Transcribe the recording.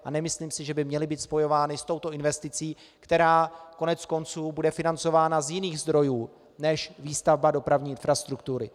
A nemyslím si, že by měly být spojovány s touto investicí, která koneckonců bude financována z jiných finančních zdrojů než výstavba dopravní infrastruktury.